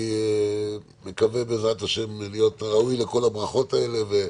אני מקווה להיות ראוי לכל הברכות האלו,